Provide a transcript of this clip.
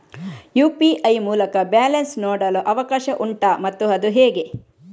UPI ಮೂಲಕ balance ನೋಡಲು ಅವಕಾಶ ಉಂಟಾ ಮತ್ತು ಅದು ಹೇಗೆ?